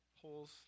holes